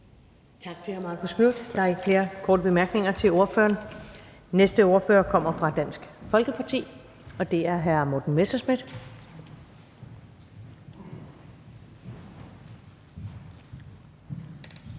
Tak til den konservative ordfører. Der er ikke flere korte bemærkninger til ordføreren. Næste ordfører kommer fra Dansk Folkeparti, og det er fru Mette Hjermind